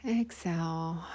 exhale